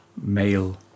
male